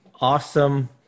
awesome